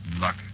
luck